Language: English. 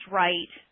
right